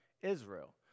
Israel